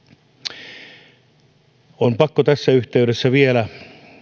yksittäisiä ihmisiä on pakko tässä yhteydessä vielä